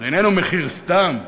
זה איננו מחיר סתם,